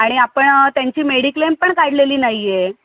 आणि आपण त्यांची मेडिक्लेम पण काढलेली नाहीये